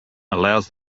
allows